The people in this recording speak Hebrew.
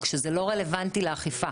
רק שזה לא רלוונטי לאכיפה.